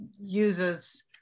uses